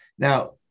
Now